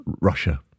Russia